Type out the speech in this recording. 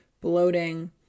bloating